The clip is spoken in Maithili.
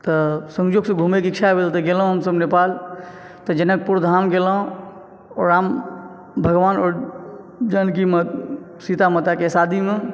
तऽ संजोग से घूमय के इच्छा भेल तऽ गेलहुॅं हमसब नेपाल तऽ जनकपुर धाम गेलहुॅं ओहिठाम भगवान आओर जानकी माता सीता माता के शादीमे